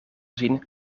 zien